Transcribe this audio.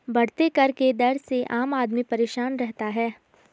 बढ़ते कर के दर से आम आदमी परेशान रहता है